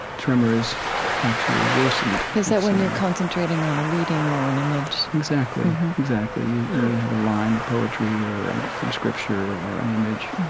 tremors actually worsened is that when you're concentrating on a reading or an image? exactly mm-hmm exactly. you have a line of poetry or and from scripture or an image,